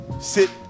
sit